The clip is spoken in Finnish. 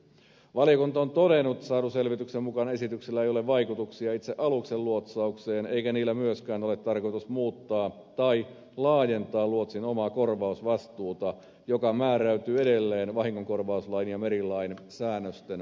valiokunta on todennut että saadun selvityksen mukaan esityksellä ei ole vaikutuksia itse aluksen luotsaukseen eikä niillä myöskään ole tarkoitus muuttaa tai laajentaa luotsin omaa korvausvastuuta joka määräytyy edelleen vahingonkorvauslain ja merilain säännösten mukaisesti